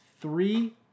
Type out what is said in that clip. three